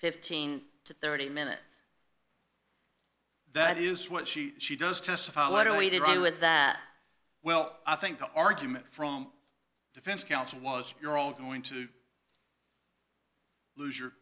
fifteen to thirty minutes that is what she she does testify literally to do with that well i think the argument from defense counsel was you're all going to lose your